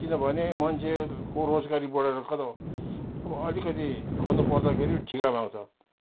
किनभने मान्छको रोजगारी बढेर अब अलिकति खन्नु पर्दाखेरि ठिका माग्छ